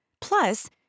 Plus